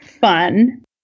fun